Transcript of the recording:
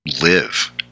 live